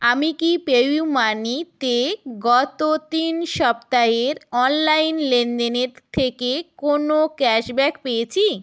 আমি কি পেইউমানিতে গত তিন সপ্তাহের অনলাইন লেনদেনের থেকে কোনও ক্যাশব্যাক পেয়েছি